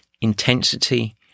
intensity